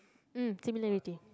uh similarity